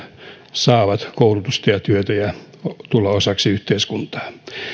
saavat koulutusta ja työtä ja tulevat osaksi yhteiskuntaa